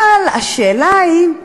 אבל השאלה היא,